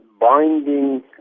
binding